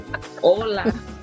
Hola